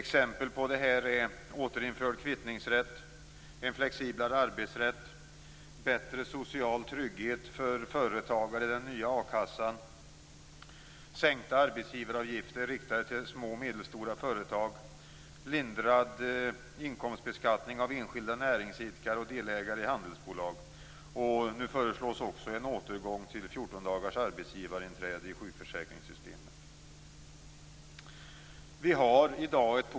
Exempel på detta är återinförd kvittningsrätt, en flexiblare arbetsrätt, bättre social trygghet för företagare i den nya a-kassan, sänkta arbetsgivaravgifter riktade till små och medelstora företag samt lindrad inkomstbeskattning av enskilda näringsidkare och delägare i handelsbolag.